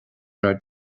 inár